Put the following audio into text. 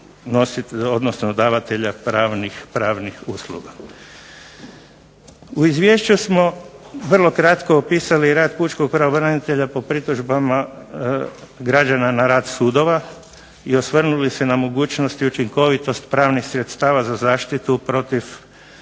odnosno davatelja pravnih usluga. U Izvješću smo vrlo kratko opisali rad pučkog pravobranitelja po pritužbama građana na rad sudova i osvrnuli se na mogućnost i učinkovitost pravnih sredstava za zaštitu protiv